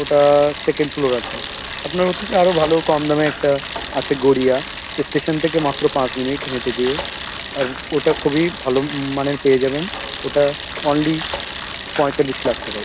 ওটা second floor আছে আপনার ওর থেকে আরও ভালো কম দামে একটা আছে গড়িয়া স্টেশান থেকে মাত্র পাঁচ মিনিট হেঁটে যেয়ে আর ওটা খুবই ভালো মানের পেয়ে যাবেন ওটা অনলি পঁয়তাল্লিশ লাখ টাকায়